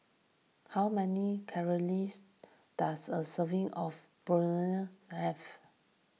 how many does a serving of Burrito have